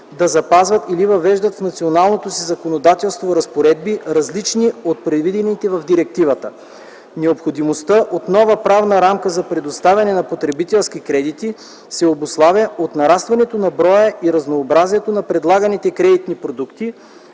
да запазват или въвеждат в националното си законодателство разпоредби, различни от предвидените в директивата. Необходимостта от нова правна рамка за предоставяне на потребителски кредити се обуславя от нарастването на броя и разнообразието на предлаганите кредитни продукти,